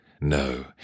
No